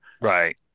right